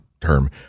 term